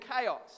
chaos